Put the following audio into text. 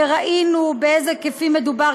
וראינו באיזה היקפים מדובר,